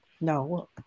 no